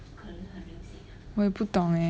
我也不懂诶